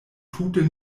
tute